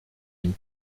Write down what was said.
une